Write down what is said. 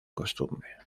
costumbre